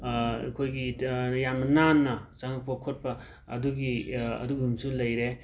ꯑꯩꯈꯣꯏꯒꯤꯗ ꯌꯥꯝꯅ ꯅꯥꯟꯅ ꯆꯪꯉꯛꯄ ꯈꯣꯠꯄ ꯑꯗꯨꯒꯤ ꯑꯗꯨꯒꯨꯝꯕꯁꯨ ꯂꯩꯔꯦ